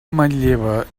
manlleva